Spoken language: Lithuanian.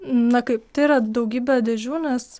na kaip tai yra daugybė dėžių nes